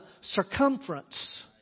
circumference